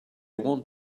want